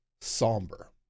somber